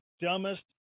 dumbest